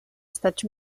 estats